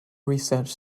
research